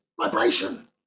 vibration